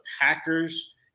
Packers –